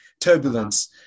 turbulence